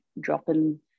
dropping